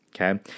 okay